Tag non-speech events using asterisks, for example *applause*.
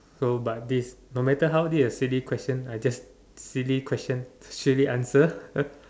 so but this no matter how this is a silly question I just silly question silly answer ah *laughs*